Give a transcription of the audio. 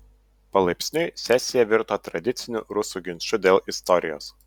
palaipsniui sesija virto tradiciniu rusų ginču dėl istorijos